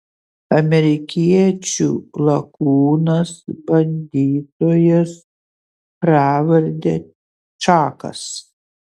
amerikiečių lakūnas bandytojas pravarde čakas